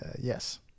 yes